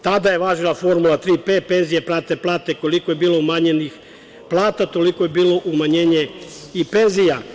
Tada je važila formula 3P - penzije prate plate, koliko je bilo umanjenih plata toliko je bilo umanjenje i penzija.